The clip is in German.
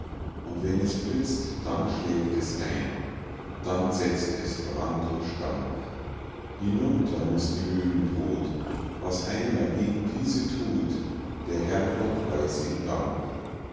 und wenn es blitzt dann schlägt es ein dann setzt es brand und stank hinunter muß die lügenbrut was einer gegen diese tut der herrgott weiß ihm dank